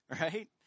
Right